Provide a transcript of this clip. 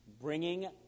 bringing